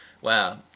wow